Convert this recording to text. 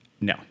No